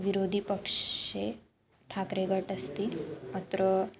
विरोधपक्षे ठाक्रेगट् अस्ति अत्र